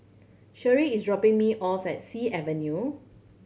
Sherie is dropping me off at Sea Avenue